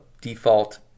default